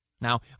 Now